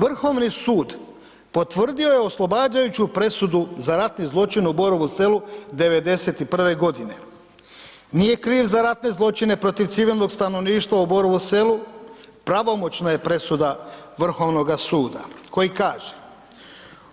Vrhovni sud potvrdio je oslobađajuću presudu za ratni zločin u Borovu Selu '91. g. Nije kriv za ratne zločine protiv civilnog stanovništva u Borovu Selu, pravomoćna je presuda Vrhovnoga suda koji kaže,